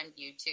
YouTube